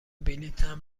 بلیطم